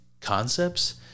concepts